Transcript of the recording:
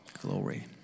Glory